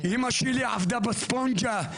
אמא שלי עבדה בספונג'ה,